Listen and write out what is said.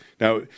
now